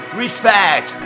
respect